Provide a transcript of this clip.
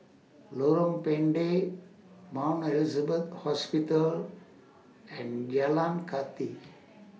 Lorong Pendek Mount Elizabeth Hospital and Jalan Kathi